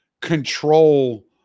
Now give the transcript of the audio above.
control